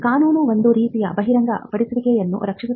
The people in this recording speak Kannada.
ಕಾನೂನು ಒಂದು ರೀತಿಯ ಬಹಿರಂಗಪಡಿಸುವಿಕೆಯನ್ನು ರಕ್ಷಿಸುತ್ತದೆ